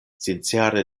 sincere